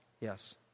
Yes